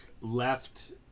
left